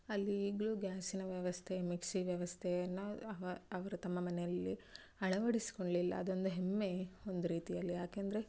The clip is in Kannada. ಅಲ್ಲಿ ಈಗಲೂ ಗ್ಯಾಸಿನ ವ್ಯವಸ್ಥೆ ಮಿಕ್ಸಿ ವ್ಯವಸ್ಥೆಯನ್ನು ಅವ ಅವರು ತಮ್ಮ ಮನೆಯಲ್ಲಿ ಅಳವಡಿಸ್ಕೊಳ್ಳಲಿಲ್ಲ ಅದೊಂದು ಹೆಮ್ಮೆ ಒಂದು ರೀತಿಯಲ್ಲಿ ಯಾಕೆಂದರೆ